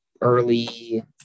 early